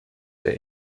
der